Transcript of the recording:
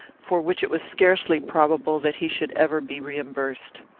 for which it was scarcely probable that he should ever be reimbursed.